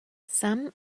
some